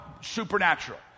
supernatural